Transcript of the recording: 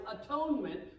atonement